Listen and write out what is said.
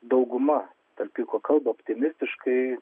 dauguma tarp kitko kalba optimistiškai